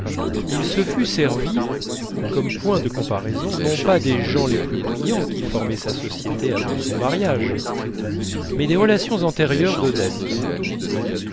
il se fût servi comme un point de comparaison non pas des gens les plus brillants qui formaient sa société avant son mariage mais des relations antérieures d'odette